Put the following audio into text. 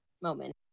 moment